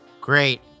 Great